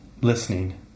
listening